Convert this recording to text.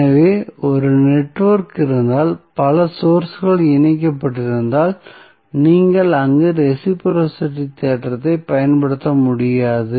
எனவே ஒரு நெட்வொர்க் இருந்தால் பல சோர்ஸ்களுடன் இணைக்கப்பட்டிருந்தால் நீங்கள் அங்கு ரெஸிபிரோஸிட்டி தேற்றத்தைப் பயன்படுத்த முடியாது